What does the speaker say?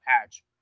patch